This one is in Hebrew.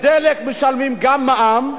בדלק משלמים גם מע"מ,